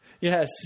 Yes